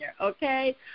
okay